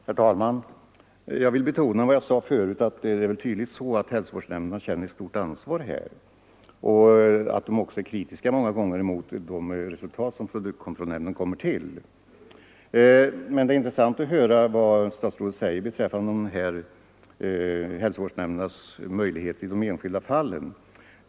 Herr talman! Jag vill betona vad jag sade förut, att hälsovårdsnämnderna tydligen känner ett stort ansvar på den här punkten och att de många gånger är kritiska mot de resultat som produktkontrollnämnden kommit fram till. Det är intressant att höra vad statsrådet säger beträffande hälsovårdsnämndernas möjligheter i de enskilda fallen.